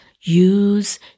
use